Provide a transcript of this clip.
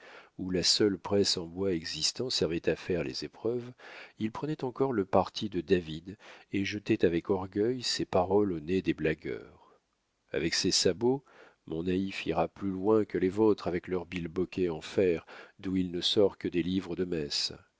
où la seule presse en bois existant servait à faire les épreuves il prenait encore le parti de david et jetait avec orgueil ces paroles au nez des blagueurs avec ses sabots mon naïf ira plus loin que les vôtres avec leurs bilboquets en fer d'où il ne sort que des livres de messe